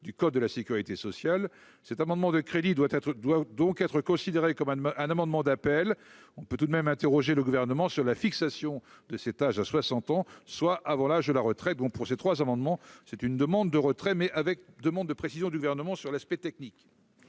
du code de la sécurité sociale, cet amendement de crédit doit être doivent donc être considéré comme un un amendement d'appel, on peut tout de même interrogé le gouvernement sur la fixation de cet âge à soixante ans soit avant l'âge de la retraite, bon pour ces trois amendements, c'est une demande de retrait mais avec demande de précisions du gouvernement sur l'aspect technique.